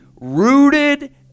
rooted